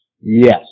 Yes